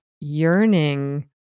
yearning